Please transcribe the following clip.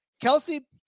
Kelsey